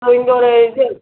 இங்கே ஒரு இது